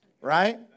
Right